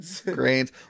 Grains